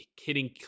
hitting